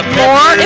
more